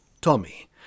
Tommy